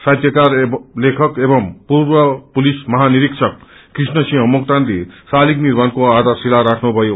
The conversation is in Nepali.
साहित्यकार लेखक एवं पूर्व पुलिस महानिरीक्षक कृष्ण सिंह मोक्तानले सालिंग निर्माण्को आधारशिला राख्नुभयो